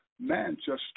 Manchester